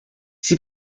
sie